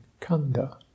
kanda